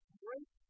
great